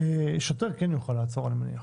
שוטר כן יוכל לעצור, אני מניח.